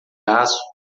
aço